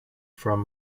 from